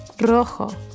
Rojo